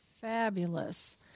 fabulous